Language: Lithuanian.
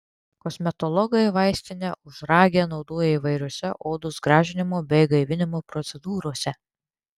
kosmetologai vaistinę ožragę naudoja įvairiose odos gražinimo bei gaivinimo procedūrose